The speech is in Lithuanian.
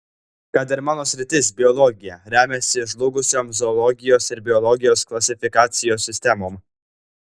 kad ir mano sritis biologija remiasi žlugusiom zoologijos ir biologijos klasifikacijos sistemom